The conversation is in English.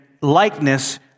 likeness